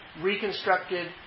reconstructed